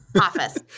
office